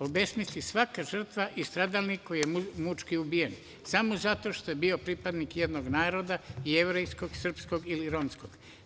obesmisli svaka žrtva i svaki stradalnik koji je mučki ubijen, samo zato što je bio pripadnik jednog naroda, jevrejskog, srpskog ili romskog.